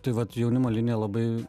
tai vat jaunimo linija labai